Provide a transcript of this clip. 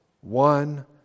one